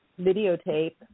videotape